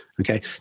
Okay